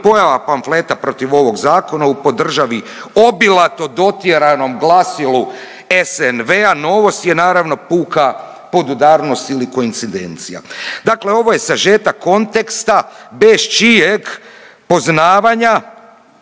pojava pamfleta protiv ovog zakona u po državi obilato dotjeranom glasilu SNV-a novost je naravno puka podudarnost ili koincidencija. Dakle, ovo je sažetak konteksta bez čijeg poznavanja